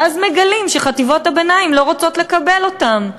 ואז מגלים שחטיבות הביניים לא רוצות לקבל אותם,